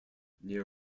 near